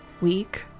week